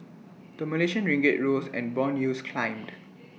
the Malaysian ringgit rose and Bond yields climbed